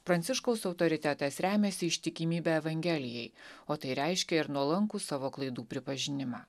pranciškaus autoritetas remiasi ištikimybę evangelijai o tai reiškia ir nuolankų savo klaidų pripažinimą